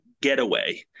getaway